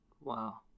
Wow